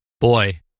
boy